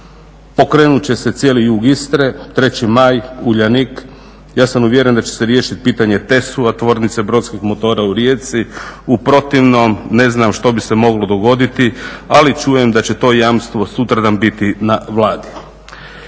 pokrenut će se cijeli jug Istre, 3. maj, Uljanik. Ja sam uvjeren da će se riješiti pitanje TESU-a tvornice brodskih motora u Rijeci. U protivnom ne znam što bi se moglo dogoditi, ali čujem da će to jamstvo sutradan biti na Vladi.